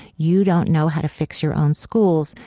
you don't know how to fix your own schools.